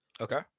Okay